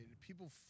People